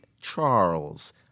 Charles